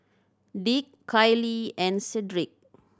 Dick Kailee and Cedric